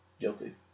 Guilty